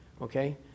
okay